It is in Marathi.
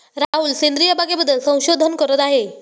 राहुल सेंद्रिय बागेबद्दल संशोधन करत आहे